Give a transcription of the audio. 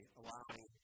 allowing